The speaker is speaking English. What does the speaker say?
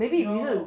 no